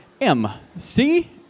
MC